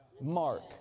mark